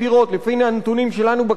לפי הנתונים שלנו בכנסת,